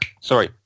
sorry